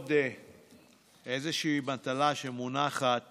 עוד איזושהי מטלה שמונחת